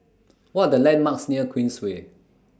What Are The landmarks near Queensway